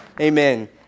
Amen